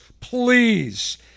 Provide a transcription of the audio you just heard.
please